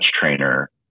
trainer